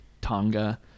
Tonga